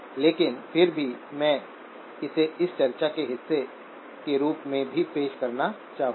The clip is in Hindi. लेकिन फिर भी मैं इसे इस चर्चा के हिस्से के रूप में भी पेश करना चाहूंगा